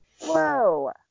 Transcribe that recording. whoa